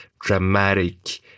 dramatic